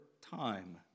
time